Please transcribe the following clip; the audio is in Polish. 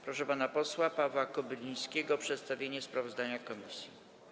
Proszę pana posła Pawła Kobylińskiego o przedstawienie sprawozdania komisji.